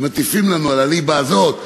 ומטיפים לנו על הליבה הזאת,